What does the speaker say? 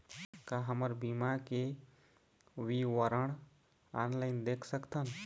का हमर बीमा के विवरण ऑनलाइन देख सकथन?